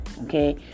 okay